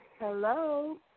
Hello